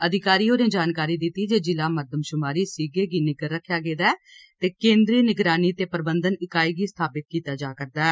अधिकारी होरें जानकारी दिती जे जिला मरदमशुमारी सीगें गी निग्गर रक्खेया गेदा ऐ ते केन्द्रीय निगरानी ते प्रबंधन इकाई गी स्थापित कीता जा रदा ऐ